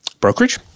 brokerage